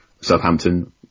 Southampton